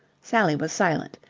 sally was silent.